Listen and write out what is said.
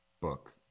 book